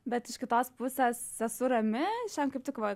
bet iš kitos pusės esu rami šiandien kaip tik va